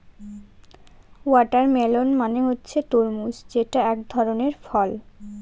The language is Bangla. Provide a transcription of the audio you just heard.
ওয়াটারমেলন মানে হচ্ছে তরমুজ যেটা এক ধরনের ফল